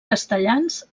castellans